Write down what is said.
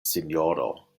sinjoro